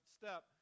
step